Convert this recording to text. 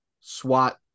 swat